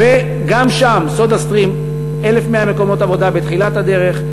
וגם שם "סודה סטרים" 1,100 מקומות עבודה בתחילת הדרך.